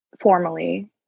formally